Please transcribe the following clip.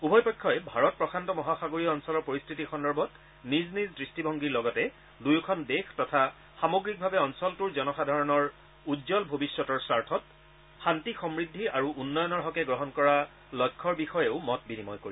দুয়োখন দেশে ভাৰত প্ৰশান্ত মহাসাগৰীয় অঞ্চলৰ পৰিস্থিতি সন্দৰ্ভত নিজ নিজ দৃষ্টিভংগীৰ লগতে দুয়োখন দেশ তথা সামগ্ৰিকভাৱে অঞ্চলটোৰ জনসাধাৰণৰ উজ্জ্বল ভৱিষ্যতৰ স্বাৰ্থত শান্তি সমৃদ্ধি আৰু উন্নয়নৰ হকে গ্ৰহণ কৰা লক্ষ্যৰ বিষয়েও মত বিনিময় কৰিব